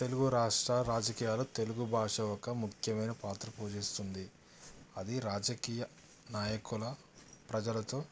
తెలుగు రాష్ట్ర రాజకీయాలు తెలుగు భాష ఒక ముఖ్యమైన పాత్ర పూజిస్తుంది అది రాజకీయ నాయకుల ప్రజలతో